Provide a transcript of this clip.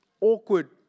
awkward